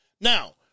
Now